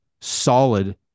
solid